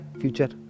future